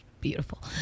Beautiful